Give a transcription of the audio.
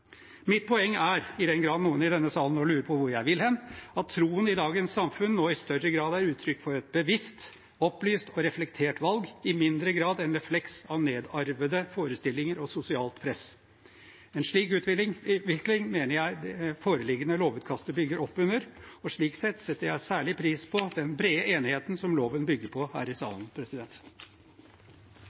Mitt poeng er – i den grad noen i denne salen lurer på hvor jeg vil hen – at troen i dagens samfunn nå i større grad er uttrykk for et bevisst, opplyst og reflektert valg, i mindre grad enn refleks av nedarvede forestillinger og sosialt press. En slik utvikling mener jeg det foreliggende lovutkastet bygger opp under. Slik sett setter jeg særlig pris på den brede enigheten som loven bygger på her i salen.